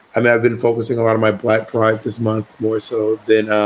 and have been focusing a lot of my black pride this month, more so than,